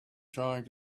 trying